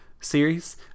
series